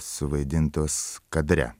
suvaidintos kadre